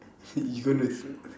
you gonna